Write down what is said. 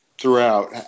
throughout